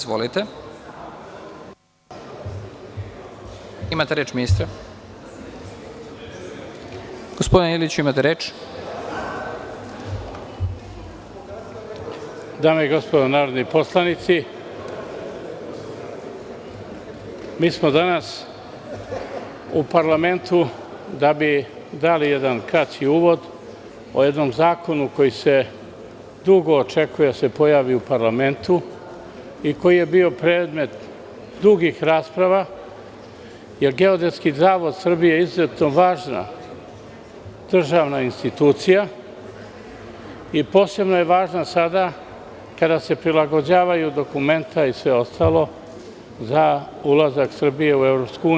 Dame i gospodo narodni poslanici, mi smo danas u parlamentu da bi dali jedan kraći uvod o jednom zakonu koji se dugo očekuje da se pojavi u parlamentu i koji je bio predmet dugih rasprava jer Geodetski zavod Srbije je izuzetno važna državna institucija i posebno je važna sada kada se prilagođavaju dokumenta i sve ostalo za ulazak Srbije u EU.